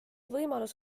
võimalus